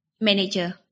manager